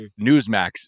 Newsmax